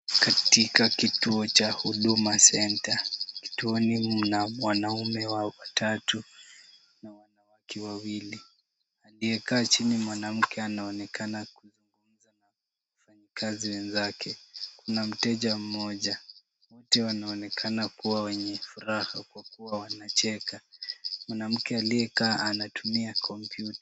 Katika kituo cha Huduma Center, kituoni mna wanaume watatu na wanawake wawili. Aliyekaa chini ni mwanamke anaonekana na wafanyakazi wenzake kuna mteja mmoja .Wote wanaonekana kuwa wenye furaha kwa kuwa wanacheka. Mwanamke aliyekaa anatumia kompyuta.